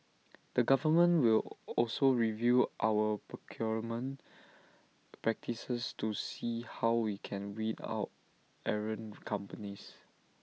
the government will also review our procurement practices to see how we can weed out errant companies